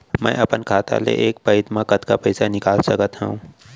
मैं अपन खाता ले एक पइत मा कतका पइसा निकाल सकत हव?